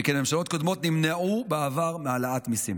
שכן ממשלות קודמות נמנעו בעבר מהעלאת מיסים.